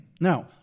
Now